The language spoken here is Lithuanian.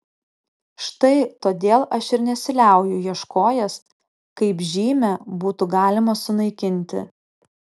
štai todėl aš ir nesiliauju ieškojęs kaip žymę būtų galima sunaikinti